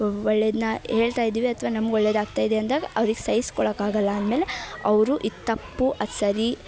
ಒಳ್ಳೆಯದ್ನ ಹೇಳ್ತಾ ಇದ್ದೀವಿ ಅಥ್ವಾ ನಮ್ಗೆ ಒಳ್ಳೆಯದಾಗ್ತಾ ಇದೆ ಅಂದಾಗ ಅವ್ರಿಗೆ ಸಹಿಸಿಕೊಳ್ಳೋಕ್ಕಾಗಲ್ಲ ಅಂದ್ಮೇಲೆ ಅವರು ಇದು ತಪ್ಪು ಅದು ಸರಿ